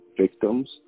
victims